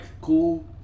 Cool